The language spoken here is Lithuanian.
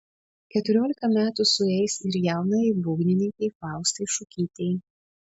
keturiolika metų sueis ir jaunajai būgnininkei faustai šukytei